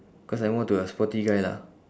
cause I'm more to a sporty guy lah